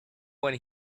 one